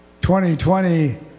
2020